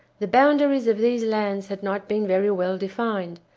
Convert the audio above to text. the boundaries of these lands had not been very well defined,